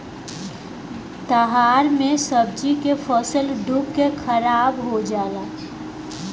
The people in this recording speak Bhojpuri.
दहाड़ मे सब्जी के फसल डूब के खाराब हो जला